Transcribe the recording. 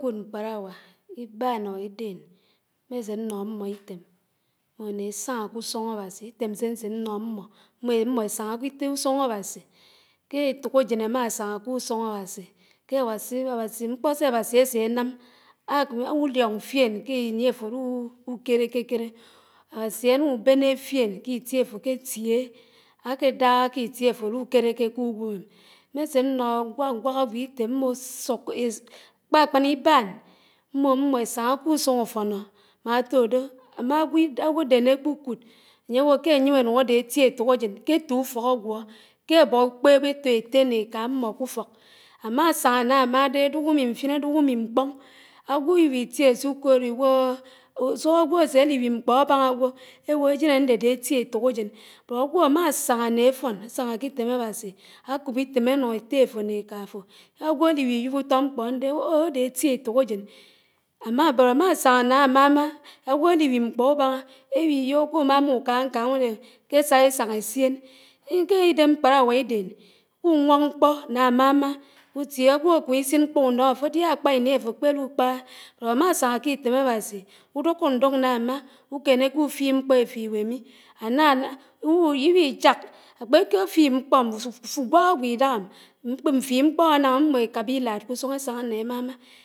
Mkpáráwá íbán or ídén mnésé ñnó ámmó ítém mmó ná ésánñá k’ùsúñ áwásí, ítém sé ñsé ñnó ammó, mmó ámmó ésáñá úsúñ ‘Awási, ke étókósén ámásáñá k’úsún̄ Awásu ke ‘Awási mkpió sé ‘Awási ásénám ákúmú úlióñ fién k’ini áfórúúú úkéréké kéré, ‘Awási áñúbéné fién kitié áfó kétiéhé àkédáhá k’itié áfórúkéréké k’úwémém. Mmésé n̄nó úgwákúgwák ágwó itém mmó kpákpà ibáán, mmó ámmó ésáñá k’úsúñ áfénó má átódó ágwódén, ákpúkúd ányéwó ké ányém ánúñ ádé éti étókásén, kétó úfòk ágwó, ké ábò úkpèb áfó étté né éká ámmó k’úfók, amásáñá ná ámá ádé ádúk úmi mfin ádúk úmi mkpóñ, àgwó iwitié súkód iwóóó, úsúhó ágwó ésé liwib mkpó ábàñá àgwó, éwó ásén ándédé ádé éti étókásén, bót ágwó ámá ásáñá né áfón, ásáñà k’itém ‘Awási, ákób itém ánó étté áfó né éká áfó né áfón, ásáñá k’itém ‘Awásí, ákób itém ánó étté áfó né éká áfó, ágwó áliwiwib útó mkpó ándé áwó ó! ádé éti étókásén bót ámásáñá ná ámámá ágwó áliwib mkpó úbáñá, éwó iyó kúmámá úká ñkáñ ùdé, késé ásáñá éssien, k’idém mkpáráwá ídén, k’úwóñ mkpó ná ámámá ágwó kími isin mkpó únó áfó díá ákpá íní áfó kpérúkpáhá, bót ámásóñá k’ítém Awási, údúkó údúkó n̄dúk ná ámá, úkénéké úfíb mkpó éfíbé mí úgwúk ágwó ídáhám, mfib mkpó ánám ámmó ékábá ílábá k’úsún ésáñá né émámá.